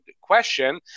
question